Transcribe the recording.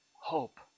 hope